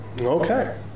Okay